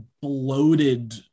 bloated